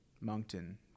Moncton